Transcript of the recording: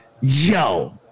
Yo